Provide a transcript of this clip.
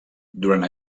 durant